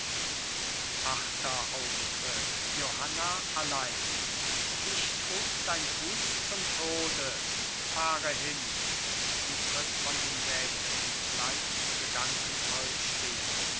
achter auftritt johanna allein dich trug dein fuß zum tode fahre hin sie tritt von ihm weg und bleibt gedankenvoll stehen